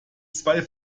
zwei